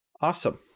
Awesome